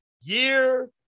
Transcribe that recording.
year